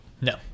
No